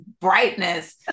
brightness